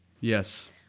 Yes